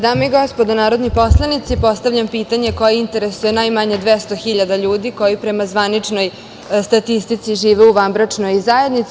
Dame i gospodo narodni poslanici, postavljam pitanje koje interesuje najmanje 200.000 ljudi koji prema zvaničnoj statistici žive u vanbračnoj zajednici.